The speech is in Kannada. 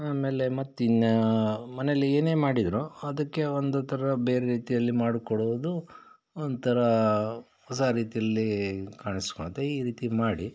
ಆಮೇಲೆ ಮತ್ತಿನ್ನು ಮನೇಲಿ ಏನೇ ಮಾಡಿದರೂ ಅದಕ್ಕೆ ಒಂದು ಥರ ಬೇರೆ ರೀತಿಯಲ್ಲಿ ಮಾಡಿಕೊಡೋದು ಒಂಥರ ಹೊಸ ರೀತಿಯಲ್ಲಿ ಕಾಣಿಸ್ಕೊಳತ್ತೆ ಈ ರೀತಿ ಮಾಡಿ